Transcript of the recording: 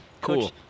Cool